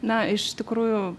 na iš tikrųjų